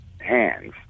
hands